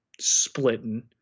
splitting